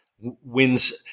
wins